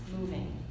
moving